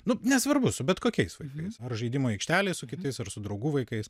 na nesvarbu su bet kokiais vaikais ar žaidimų aikštelėj su kitais ar su draugų vaikais